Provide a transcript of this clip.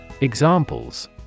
Examples